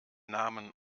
namen